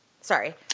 Sorry